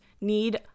need